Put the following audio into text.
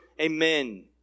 Amen